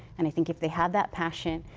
and i think if they have that passion,